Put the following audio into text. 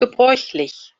gebräuchlich